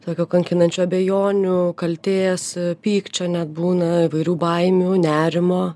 tokio kankinančių abejonių kaltės pykčio net būna įvairių baimių nerimo